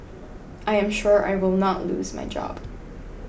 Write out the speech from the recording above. I am sure I will not lose my job